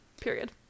period